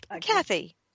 Kathy